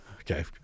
okay